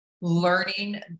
learning